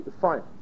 Fine